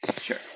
Sure